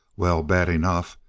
well, bad enough.